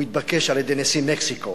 הוא התבקש על-ידי נשיא מקסיקו: